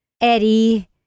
Eddie